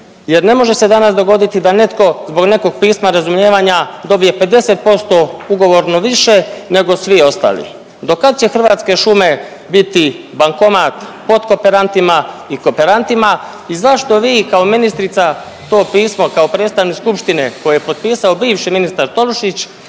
jer ne može danas dogoditi da netko zbog nekog pisma razumijevanja dobije 50% ugovorno više nego svi ostali. Do kad će Hrvatske šume biti bankomat podkooperantima i kooperantima i zašto vi kao ministrica to pismo, kao predstavnik skupštine koji je potpisao bivši ministar Tolušić